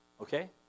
Okay